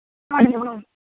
ᱱᱟᱜ